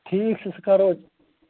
ٹھیٖک چھُ سُہ کَرو